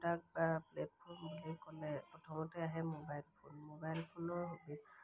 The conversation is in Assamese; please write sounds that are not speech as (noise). প্ৰডাক্ট বা প্লেটফৰ্ম বুলি ক'লে প্ৰথমতে আহে মোবাইল ফোন মোবাইল ফোনৰ (unintelligible)